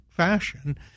fashion